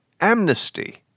amnesty